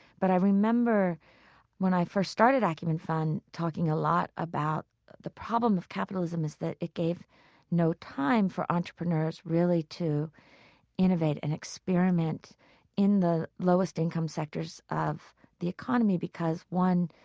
but i remember when i first started acumen fund talking a lot about the problem of capitalism is that it gave no time for entrepreneurs really to innovate and experiment in the lowest-income sectors of the economy because one,